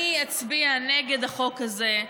אני אצביע נגד החוק הזה.